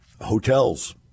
Hotels